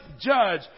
judge